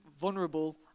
vulnerable